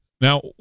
now